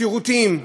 שירותים,